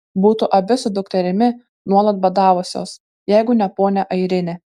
būtų abi su dukterimi nuolat badavusios jeigu ne ponia airinė